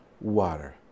water